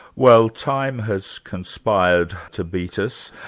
well, time has conspired to beat us.